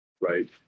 Right